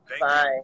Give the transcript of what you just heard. Bye